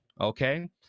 Okay